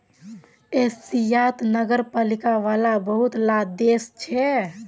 एशियात नगरपालिका वाला बहुत ला देश छे